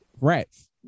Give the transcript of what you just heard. Rats